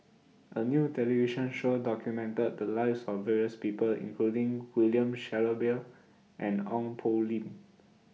A New television Show documented The Lives of various People including William Shellabear and Ong Poh Lim